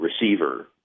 receiver